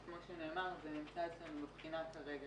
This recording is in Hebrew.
כמו שנאמר, זה נמצא אצלנו כרגע.